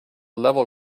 level